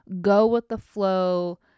go-with-the-flow